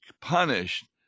punished